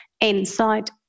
inside